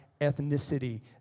ethnicity